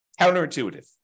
counterintuitive